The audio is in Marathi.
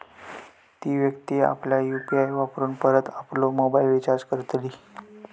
ती व्यक्ती आपल्या यु.पी.आय वापरून परत आपलो मोबाईल रिचार्ज करतली